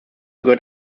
gehört